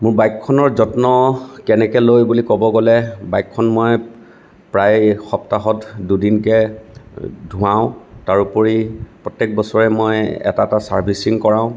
বাইকখনৰ যত্ন কেনেকৈ লয় বুলি ক'ব গ'লে বাইকখন মই প্ৰায় সপ্তাহত দুদিনকে ধুৱাওঁ তাৰোপৰি প্ৰত্য়েক বছৰে মই এটা এটা ছাৰ্ভিচিং কৰাওঁ